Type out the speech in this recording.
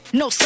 no